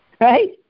right